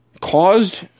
caused